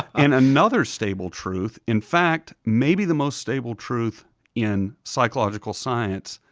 and another stable truth, in fact, maybe the most stable truth in psychological science,